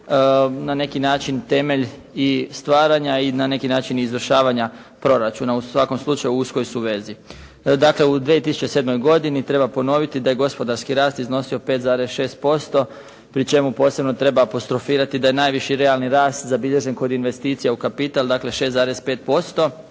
na neki način temelj i stvaranja, na neki način i izvršavanja proračuna. U svakom slučaju u uskoj su vezi. Dakle, u 2007. godini, treba ponoviti da je gospodarski rast iznosio 5,6% po čemu posebno treba apostrofirati da je najviši realni rast zabilježen kod investicija u kapital dakle, 6,5%,